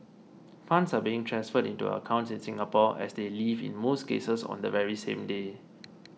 funds are being transferred into accounts in Singapore and they leave in most cases on the very same day